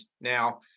now